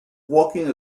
walking